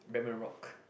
Bretman-Rock